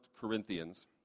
Corinthians